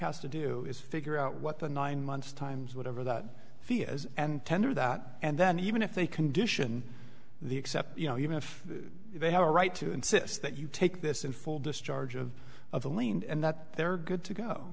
has to do is figure out what the nine months times whatever that fee is and tender that and then even if they condition the except you know even if they have a right to insist that you take this in for discharge of of the lane and that they're good to go